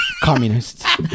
Communists